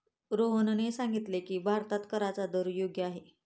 सोहनने सांगितले की, भारतात कराचा दर योग्य आहे